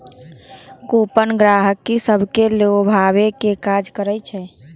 coupon गहकि सभके लोभावे के काज करइ छइ